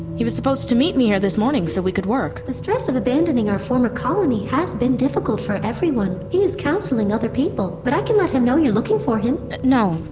he was supposed to meet me here this morning so we could work the stress of abandoning our former colony has been difficult for everyone. he is counseling other people, but i can let him know you're looking for him no.